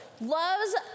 Loves